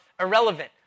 irrelevant